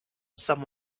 some